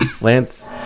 Lance